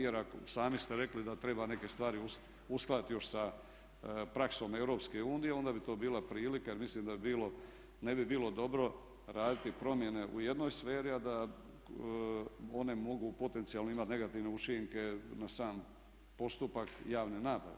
Jer ako, sami ste rekli da treba neke stvari uskladiti još sa praksom EU onda bi to bila prilika, jer mislim da je bilo, ne bi bilo dobro raditi promjene u jednoj sferi a da one mogu potencijalno imati negativne učinke na sam postupak javne nabave.